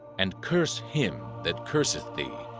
and curse him that curseth thee